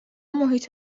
محیط